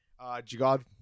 Jagad